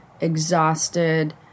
exhausted